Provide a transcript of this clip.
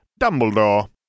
Dumbledore